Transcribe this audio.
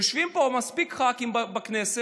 יושבים פה מספיק ח"כים בכנסת